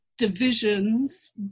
Divisions